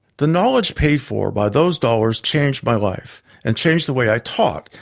the knowledge paid for by those dollars changed my life, and changed the way i taught,